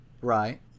Right